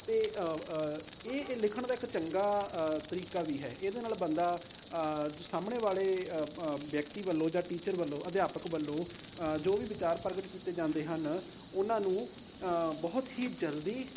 ਅਤੇ ਇਹ ਲਿਖਣ ਦਾ ਇੱਕ ਚੰਗਾ ਤਰੀਕਾ ਵੀ ਹੈ ਇਹਦੇ ਨਾਲ ਬੰਦਾ ਜੋ ਸਾਹਮਣੇ ਵਾਲੇ ਵਿਅਕਤੀ ਵੱਲੋਂ ਜਾਂ ਟੀਚਰ ਵੱਲੋਂ ਅਧਿਆਪਕ ਵੱਲੋਂ ਜੋ ਵੀ ਵਿਚਾਰ ਪ੍ਰਗਟ ਕੀਤੇ ਜਾਂਦੇ ਹਨ ਉਹਨਾਂ ਨੂੰ ਬਹੁਤ ਹੀ ਜਲਦੀ